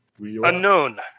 Unknown